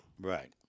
Right